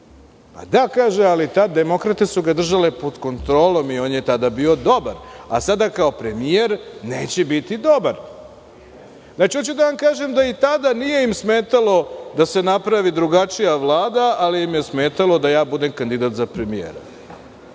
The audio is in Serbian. sa DS. Da, ali demokrate su tada držale pod kontrolom i on je tada bio dobar, a sada kao premijer neće biti dobar. Znači, hoću da vam kažem, da ni tada nije im smetalo da se napravi drugačija Vladi, ali im je smetalo da budem kandidat za premijer.